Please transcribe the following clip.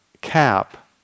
cap